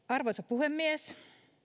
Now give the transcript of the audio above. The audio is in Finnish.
arvoisa puhemies